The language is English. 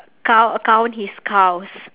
cow uh count his cows